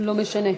לא משנה.